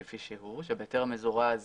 כפי שהוא כאשר בהיתר מזורז